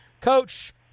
Coach